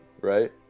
right